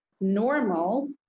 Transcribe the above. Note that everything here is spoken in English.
normal